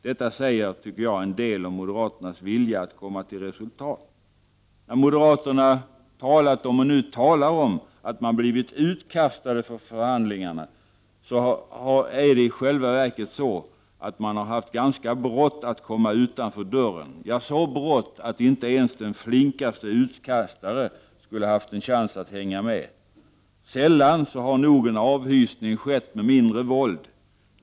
Detta säger, tycker jag, en del om moderaternas vilja att komma till resultat. Moderaterna talar om att de har blivit utkastade från förhandlingarna, men det var i själva verket så att man hade så brått att komma utanför dörren att inte ens den flinkaste utkastare skulle haft en chans att hänga med. Sällan har nog en avhysning krävt mindre våld.